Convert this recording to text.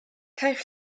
caiff